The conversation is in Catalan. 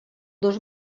dos